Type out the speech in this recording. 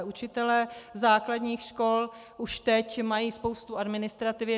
Učitelé základních škol už teď mají spoustu administrativy.